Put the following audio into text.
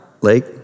Lake